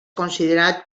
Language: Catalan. considerat